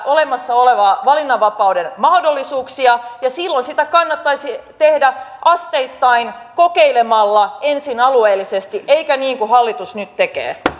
olemassa olevia valinnanvapauden mahdollisuuksia ja silloin sitä kannattaisi tehdä asteittain kokeilemalla ensin alueellisesti eikä niin kuin hallitus nyt tekee